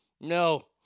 No